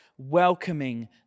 welcoming